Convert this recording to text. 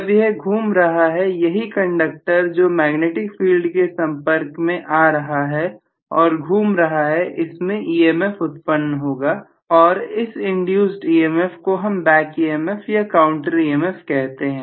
जब यह घूम रहा है यही कंडक्टर जो मैग्नेटिक फील्ड के संपर्क में आ रहा है और घूम रहा है इसमें EMF उत्पन्न होगा और इस इंड्यूस्ड EMF को हम बैक EMF या काउंटर EMF कहते हैं